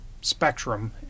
spectrum